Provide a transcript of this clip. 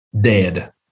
dead